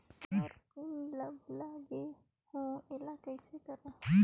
मोर PIN ला भुला गे हो एला कइसे करो?